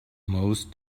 most